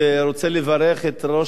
התרבות והספורט החדשה,